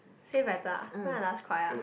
say better ah when's my last cry ah